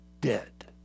dead